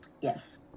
yes